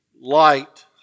light